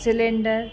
cylinder